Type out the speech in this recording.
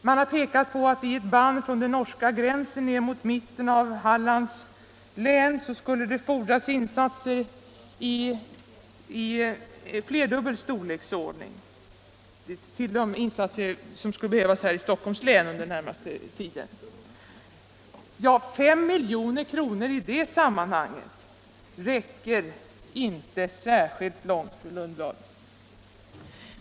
Man har pekat på att i ett band från den norska gränsen ned till mitten av Hallands län skulle det fordras insatser som är flerdubbelt större än vad som behövs i Stockholms län under den närmaste tiden. 5 milj.kr. räcker inte särskilt långt i det här sammanhanget, fru Lundblad!